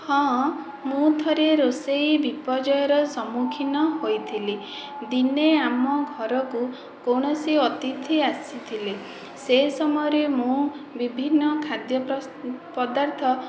ହଁ ମୁଁ ଥରେ ରୋଷେଇ ବିପର୍ଯ୍ୟୟର ସମ୍ମୁଖୀନ ହୋଇଥିଲି ଦିନେ ଆମ ଘରକୁ କୌଣସି ଅତିଥି ଆସିଥିଲେ ସେ ସମୟରେ ମୁଁ ବିଭିନ୍ନ ଖାଦ୍ୟ ପ୍ରଶ ପଦାର୍ଥ